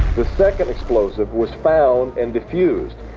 the second explosive was found and defused.